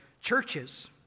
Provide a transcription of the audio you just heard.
churches